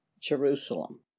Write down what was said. Jerusalem